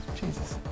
Jesus